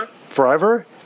Forever